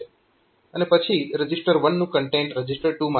અને પછી રજીસ્ટર 1 નું કન્ટેન્ટ રજીસ્ટર 2 માં જશે